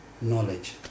knowledge